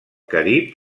carib